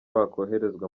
bakoherezwa